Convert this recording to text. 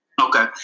Okay